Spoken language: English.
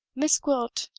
miss gwilt.